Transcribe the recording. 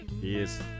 Yes